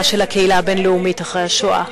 של הקהילה הבין-לאומית אחרי השואה,